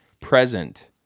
present